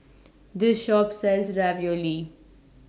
This Shop sells Ravioli